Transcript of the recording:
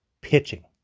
pitching